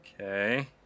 Okay